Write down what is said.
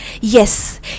yes